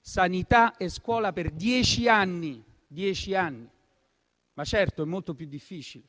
serve per farlo per dieci anni. Ma certo è molto più difficile